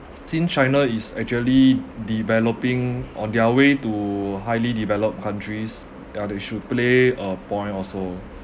since china is actually developing on their way to highly developed countries ya they should play a point also